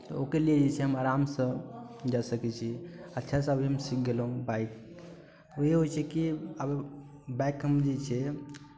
तऽ ओहिके लिए जे छै हम आरामसँ जा सकै छी अच्छासँ अभी हम सीख गेलहुँ बाइक इहो होइ छै कि आब बाइक हम जे छै